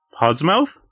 Podsmouth